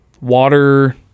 water